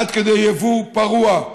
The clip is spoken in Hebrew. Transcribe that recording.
עד כדי יבוא פרוע?